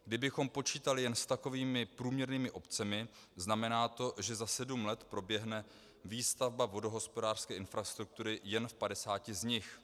Kdybychom počítali jen s takovými průměrnými obcemi, znamená to, že za sedm let proběhne výstavba vodohospodářské infrastruktury jen v 50 z nich.